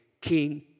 King